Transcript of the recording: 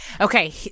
Okay